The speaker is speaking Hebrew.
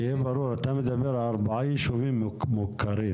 שיהיה ברור, אתה מדבר על ארבעה יישובים מוכרים.